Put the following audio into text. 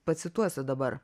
pacituosiu dabar